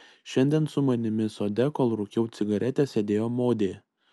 šiandien su manimi sode kol rūkiau cigaretę sėdėjo modė